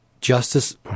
justice